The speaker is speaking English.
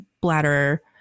bladder